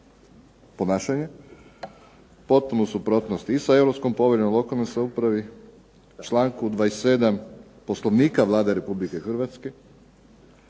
ponašanja, potpuno u suprotnosti i sa Europskom poveljom o lokalnoj samoupravi, članku 27. Poslovnika Vlade Republike Hrvatske,